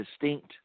distinct